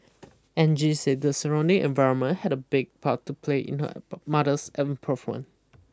Angie said the surrounding environment had a big part to play in her mother's improvement